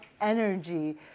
energy